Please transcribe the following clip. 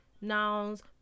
Nouns